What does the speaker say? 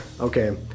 Okay